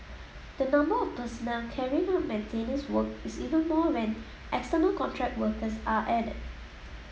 the number of personnel carrying out maintenance work is even more when external contract workers are added